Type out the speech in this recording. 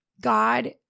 God –